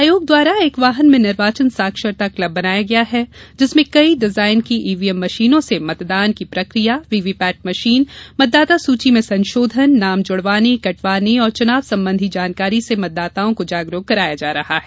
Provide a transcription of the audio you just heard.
आयोग द्वारा एक वाहन में निर्वाचन साक्षरता क्लब बनाया गया है जिसमें नई डिजाइन की ईव्हीएम मशीनों से मतदान की प्रकिया वीवीपैट मशीन मतदाता सूची में संशोधन नाम जुड़वाने कटवाने और चुनाव संबंधी जानकारी से मतदाताओं को जागरुक कराया जा रहा है